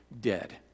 dead